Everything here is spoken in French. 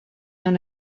dans